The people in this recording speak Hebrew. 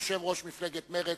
יושב-ראש מפלגת מרצ,